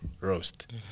roast